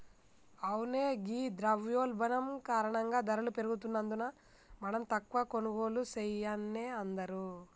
అవునే ఘీ ద్రవయోల్బణం కారణంగా ధరలు పెరుగుతున్నందున మనం తక్కువ కొనుగోళ్లు సెయాన్నే అందరూ